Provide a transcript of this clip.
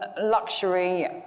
luxury